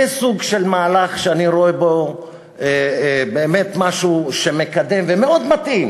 זה סוג של מהלך שאני רואה בו באמת משהו שמקדם ומאוד מתאים